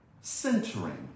Centering